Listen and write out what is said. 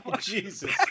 Jesus